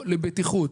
לבטיחות,